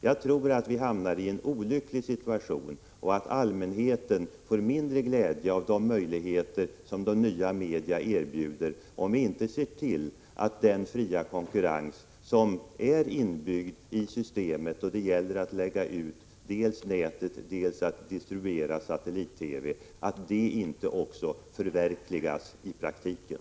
Jag tror att vi hamnar i en olycklig situation och att allmänheten får mindre glädje av de möjligheter som de nya media erbjuder, om vi inte ser till att den fria konkurrens som är inbyggd i systemet — då det gäller dels att lägga ut näten, dels att distribuera satellit-TV — också förverkligas i praktiken.